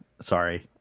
Sorry